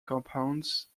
compounds